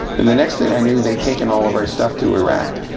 and the next thing i knew, they'd taken all of our stuff to iraq.